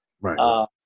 Right